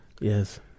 Yes